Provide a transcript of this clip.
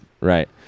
Right